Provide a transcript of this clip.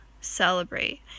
celebrate